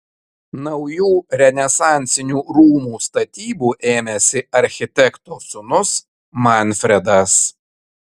naujų renesansinių rūmų statybų ėmėsi architekto sūnus manfredas